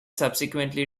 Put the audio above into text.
subsequently